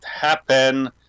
happen